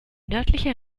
nördlicher